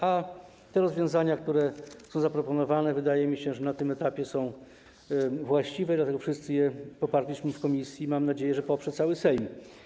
A rozwiązania, które są zaproponowane, wydaje mi się, że na tym etapie są właściwe, dlatego wszyscy je poparliśmy w komisji i mam nadzieję, że poprze cały Sejm.